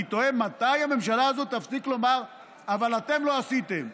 אני תוהה מתי הממשלה הזאת תפסיק לומר: אבל אתם לא עשיתם.